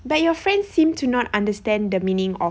but your friend seemed to not understand the meaning of